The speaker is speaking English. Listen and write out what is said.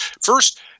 first –